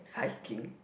hiking